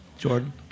Jordan